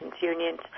unions